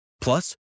Plus